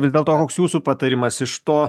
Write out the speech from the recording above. vis dėl to koks jūsų patarimas iš to